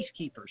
peacekeepers